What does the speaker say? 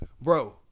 Bro